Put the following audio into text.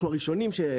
אנחנו הראשונים שנצטרף.